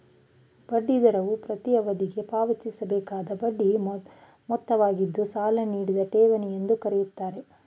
ಬಡ್ಡಿ ದರವು ಪ್ರತೀ ಅವಧಿಗೆ ಪಾವತಿಸಬೇಕಾದ ಬಡ್ಡಿಯ ಮೊತ್ತವಾಗಿದ್ದು ಸಾಲ ನೀಡಿದ ಠೇವಣಿ ಎಂದು ಕರೆಯುತ್ತಾರೆ